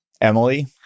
Emily